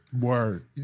Word